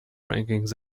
rankings